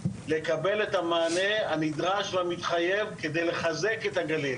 לקבל את המענה הנדרש והמתחייב כדי לחזק את הגליל,